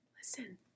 Listen